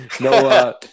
No